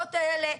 הדירות האלה,